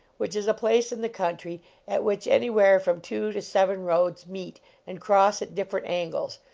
which is a place in the country at which anywhere from two to seven roads meet and cross at different angles,